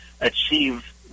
achieve